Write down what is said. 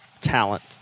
talent